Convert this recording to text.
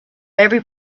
every